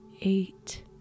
eight